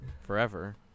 forever